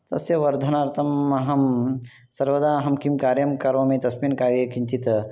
तस्य वर्धनार्थम् अहं सर्वदा अहं किं कार्यं करोमि तस्मिन् कार्ये किञ्चित्